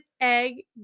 egg